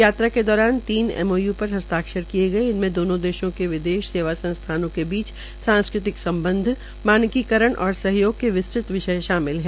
यात्रा के दौरान तीन एमओयू पर हस्ताक्षर किये गये इनमें दोनों देशों के विदेश सेवा संस्थानों के बीच सांस्कृतिक सम्बध मानकीकरण और सहयोग के विस्तृत विषय शामिल है